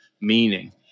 meaning